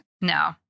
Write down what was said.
No